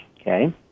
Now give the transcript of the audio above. okay